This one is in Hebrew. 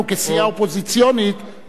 אנחנו כסיעה אופוזיציונית,